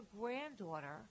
granddaughter